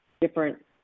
different